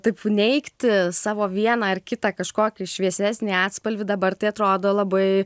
taip neigti savo vieną ar kitą kažkokį šviesesnį atspalvį dabar tai atrodo labai